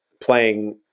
playing